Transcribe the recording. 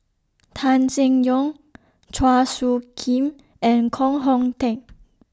Tan Seng Yong Chua Soo Khim and Koh Hong Teng